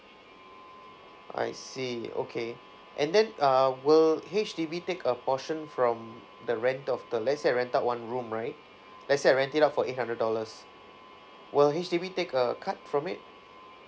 I see okay and then uh will H_D_B take a portion from the rent of the let's say I rent out one room right let's say I rent it out for eight hundred dollars will H_D_B take a cut from it